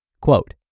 Quote